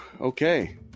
Okay